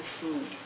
food